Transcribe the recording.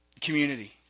community